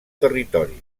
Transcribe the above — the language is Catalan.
territoris